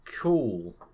Cool